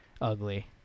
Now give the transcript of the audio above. ugly